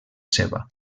seva